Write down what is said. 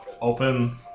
open